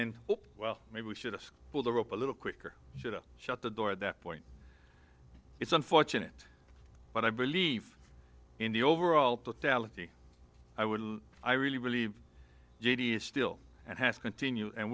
then well maybe we should have pulled the rope a little quicker should i shut the door at that point it's unfortunate but i believe in the overall i would i really believe it is still and has continue and